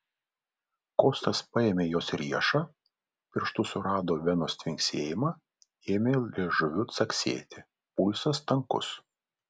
kostas paėmė jos riešą pirštu surado venos tvinksėjimą ėmė liežuviu caksėti pulsas tankus